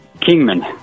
Kingman